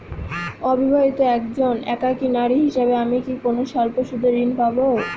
অবিবাহিতা একজন একাকী নারী হিসেবে আমি কি কোনো স্বল্প সুদের ঋণ পাব?